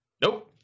Nope